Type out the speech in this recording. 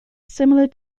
similar